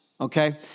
Okay